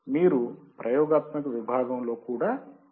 మీరు ప్రయోగాత్మక విభాగంలో కూడా చూస్తారు